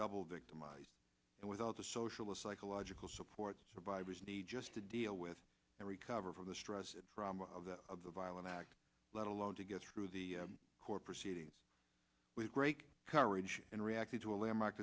double victimized and without the social psychological support survivors need just to deal with and recover from the stress from of a violent act let alone to get through the court proceedings with great courage and reacted to a landmark